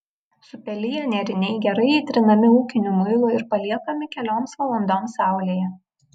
supeliję nėriniai gerai įtrinami ūkiniu muilu ir paliekami kelioms valandoms saulėje